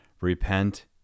Repent